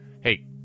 Hey